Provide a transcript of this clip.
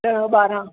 ॾह ॿारहं